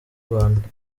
rwanda